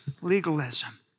legalism